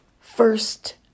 First